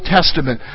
Testament